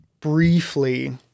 briefly